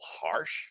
harsh